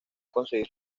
conseguir